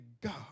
God